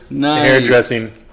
hairdressing